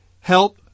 help